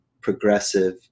progressive